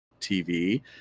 TV